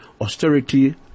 austerity